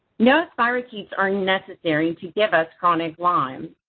no spirochetes are necessary to give us chronic lyme.